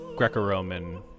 Greco-Roman